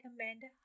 amanda